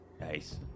Nice